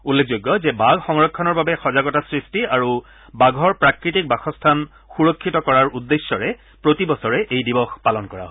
উল্লেখযোগ্য যে বাঘ সংৰক্ষণৰ বাবে সজাগতা সৃষ্টি আৰু বাঘৰ প্ৰাকৃতিক বাসস্থান সুৰক্ষিত কৰাৰ উদ্দেশ্যৰে প্ৰতিবছৰে এই দিৱস পালন কৰা হয়